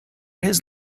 his